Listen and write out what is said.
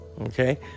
Okay